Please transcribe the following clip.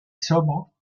sobre